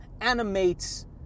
animates